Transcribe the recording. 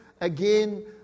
again